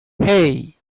hey